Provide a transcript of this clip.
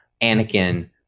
Anakin